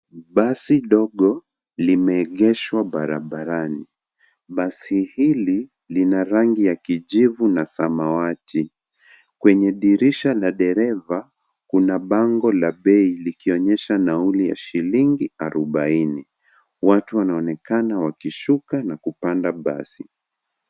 Basi dogo limeegeshwa barabarani. Basi hili lina rangi ya kijivu na samawati . Kwenye dirisha la dereva, kuna bango la bei likionyesha shilingi 40. Watu wanaonekana wakishuka na kupanda basi.